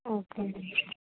ఓకేనండి